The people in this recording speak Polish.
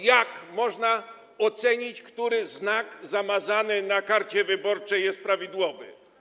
Jak można ocenić, który znak zamazany na karcie wyborczej jest prawidłowy?